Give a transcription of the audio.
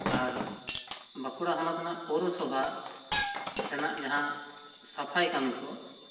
ᱟᱨ ᱵᱟᱸᱠᱩᱲᱟ ᱦᱚᱱᱚᱛ ᱨᱮᱱᱟᱜ ᱯᱳᱣᱨᱚ ᱥᱚᱵᱷᱟ ᱛᱮᱱᱟᱜ ᱡᱟᱦᱟᱸ ᱥᱟᱯᱷᱟᱭ ᱠᱟᱹᱢᱤ ᱠᱚ